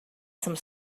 some